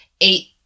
eight